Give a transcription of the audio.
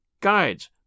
guides